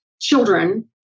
children